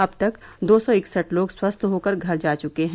अब तक दो सौ इकसठ लोग स्वस्थ होकर घर जा चुके हैं